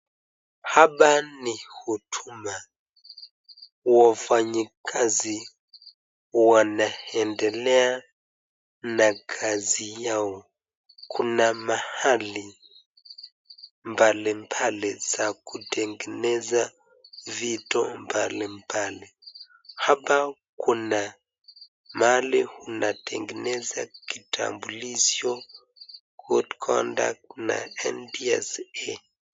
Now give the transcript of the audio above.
Hapa ni huduma, wafanyikazi wanendelea na kazi yao kuna mahali mbalimbali za kutengeneza vitu mbambali. Hapa kuna mahali utengeneza kitambulisho, good conduct na ntsa